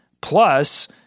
plus